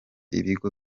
ibigo